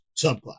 subclass